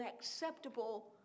acceptable